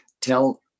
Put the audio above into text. tell